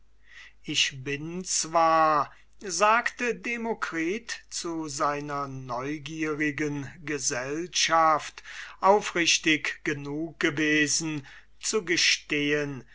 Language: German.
ich bin zwar sagte demokritus zu seiner neugierigen gesellschaft aufrichtig genug gewesen zu gestehen